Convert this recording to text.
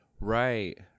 Right